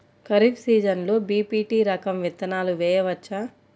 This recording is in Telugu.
ఖరీఫ్ సీజన్లో బి.పీ.టీ రకం విత్తనాలు వేయవచ్చా?